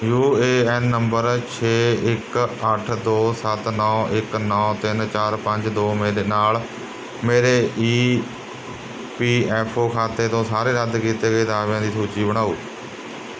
you A N number ਛੇ ਇੱਕ ਅੱਠ ਦੋ ਸੱਤ ਨੌ ਇੱਕ ਨੌ ਤਿੰਨ ਚਾਰ ਪੰਜ ਦੋ ਮੇਰੇ ਨਾਲ਼ ਮੇਰੇ ਈ ਪੀ ਐੱਫ ਓ ਖਾਤੇ ਤੋਂ ਸਾਰੇ ਰੱਦ ਕੀਤੇ ਗਏ ਦਾਅਵਿਆਂ ਦੀ ਸੂਚੀ ਬਣਾਓ